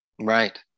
Right